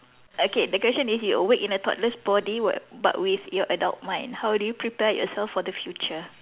okay the question is you awake in a toddler's body what but with your adult mind how would you prepare yourself for the future